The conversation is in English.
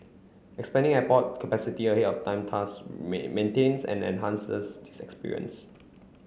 expanding airport capacity ahead of time thus main maintains and enhances this experience